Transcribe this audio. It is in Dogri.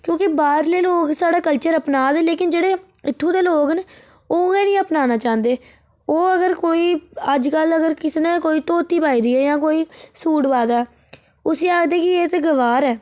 क्योंकि बाहरले लोग स्हाढ़ा कल्चर अपना दे लेकिन जेह्ड़े इत्थूं दे लोक न ओह् के नी अपनाना चाहंदे ओह् अगर कोई अज्ज कल्ल अगर किसे ने कोई धोती पाई दा ऐ जां कोई सूट पाए दा ऐ उसी आखदे कि एह् ते गवार ऐ